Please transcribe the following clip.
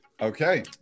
Okay